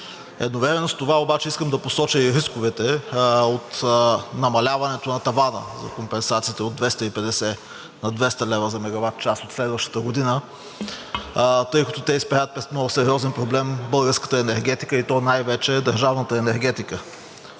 Едновременно с това обаче искам да посоча и рисковете от намаляването на тавана на компенсациите от 250 на 200 лв. за мегаватчас от следващата година, тъй като те изправят пред много сериозен проблем българската енергетика, и то най-вече държавната енергетика.